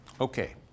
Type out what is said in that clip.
Okay